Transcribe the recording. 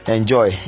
Enjoy